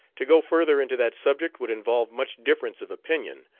to go further into that subject would involve much difference of opinion,